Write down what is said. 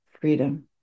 freedom